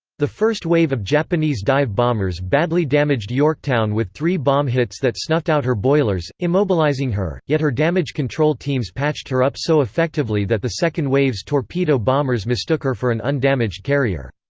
the first wave of japanese dive bombers badly damaged yorktown with three bomb hits that snuffed out her boilers, immobilizing her, yet her damage control teams patched her up so effectively that the second wave's torpedo bombers mistook her for an undamaged carrier.